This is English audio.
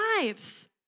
lives